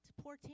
poor